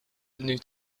menu